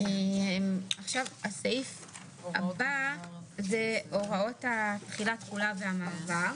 הסעיף הבא זה הוראות תחילה, תחולה ומעבר.